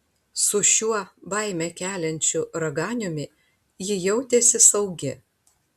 su šiuo baimę keliančiu raganiumi ji jautėsi saugi